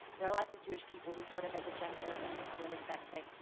there are lots of jewish people who sort of as a gesture of discipline and respect say,